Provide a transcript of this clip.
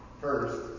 first